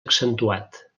accentuat